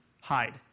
hide